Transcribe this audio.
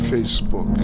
Facebook